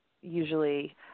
usually